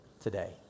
today